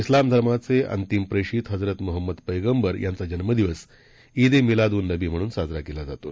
उलाम धर्माचे अंतिम प्रेषित हजरत मुद्वम्मद पैगंबर यांचा जन्म दिवस ईद ए मिलाद उन नबी म्हणून साजरा केला जातो